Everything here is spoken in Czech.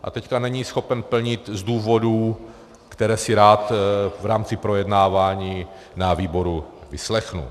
A teď není schopen plnit z důvodů, které si rád v rámci projednávání ve výboru vyslechnu.